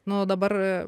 nu dabar